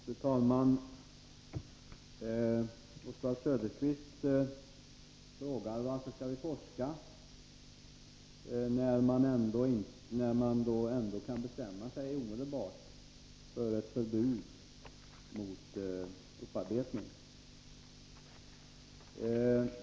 Fru talman! Oswald Söderqvist frågar: Varför skall vi forska, när man ändå kan bestämma sig omedelbart för ett förbud mot upparbetning.